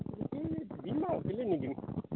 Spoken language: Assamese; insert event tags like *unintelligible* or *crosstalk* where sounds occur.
*unintelligible*